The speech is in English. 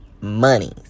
money